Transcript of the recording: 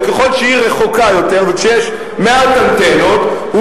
וככל שהיא רחוקה יותר וכשיש מעט אנטנות,